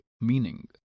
meaning